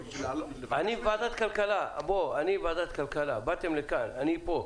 אני ועדת כלכלה, באתם לפה, אני פה.